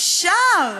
אפשר.